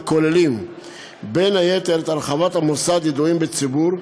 הכוללים בין היתר את הרחבת המוסד "ידועים בציבור"